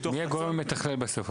מתוך רצון --- מי הגורם המתכלל בסוף,